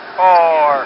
four